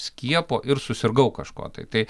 skiepo ir susirgau kažko tai tai